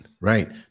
right